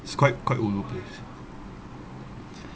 is quite quite ulu place